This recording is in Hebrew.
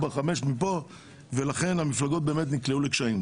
מכאן ולכן המפלגות באמת נקלעו לקשיים.